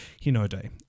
Hinode